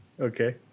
Okay